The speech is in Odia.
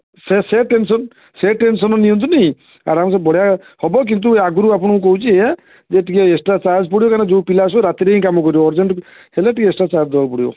ସେ ସେ ଟେନସନ୍ ସେ ଟେନସନ୍ ନିଅନ୍ତୁନି ଆରାମ ସେ ବଢ଼ିଆ ହବ କିନ୍ତୁ ଆଗରୁ ଆପଣଙ୍କୁ କହୁଛି ଏୟା ଯେ ଟିକେ ଏକ୍ସଟ୍ରା ଚାର୍ଜ ପଡ଼ିବ କାହିଁନା ଯେଉଁ ପିଲା ସବୁ ରାତିରେ ହିଁ କାମ କରିବେ ଅରଜେଣ୍ଟ ହେଲେ ଟିକେ ଏକ୍ସଟ୍ରା ଚାର୍ଜ ଦେବାକୁ ପଡ଼ିବ